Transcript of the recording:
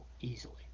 easily